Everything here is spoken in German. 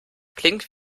klingt